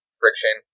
friction